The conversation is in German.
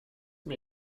mir